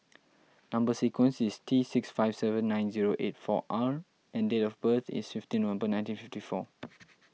Number Sequence is T six five seven nine zero eight four R and date of birth is fifteen November nineteen fifty four